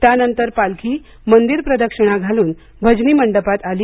त्यानंतर पालखी मंदिर प्रदक्षिणा घालून भजनी मंडपात आली